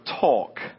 talk